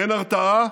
אין הרתעה,